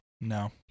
No